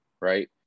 right